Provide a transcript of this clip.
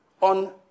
on